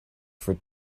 for